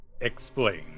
explain